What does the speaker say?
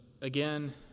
again